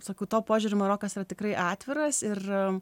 sakau tuo požiūriu marokas yra tikrai atviras ir